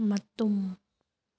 ꯃꯇꯨꯝ